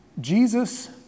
Jesus